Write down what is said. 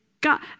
God